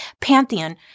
Pantheon